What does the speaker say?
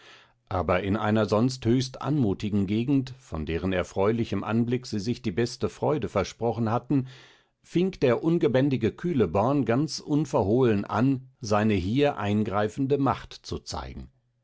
aber in einer sonst höchst anmutigen gegend von deren erfreulichem anblick sie sich die beste freude versprochen hatten fing der ungebändige kühleborn ganz unverhohlen an seine hier eingreifende macht zu zeigen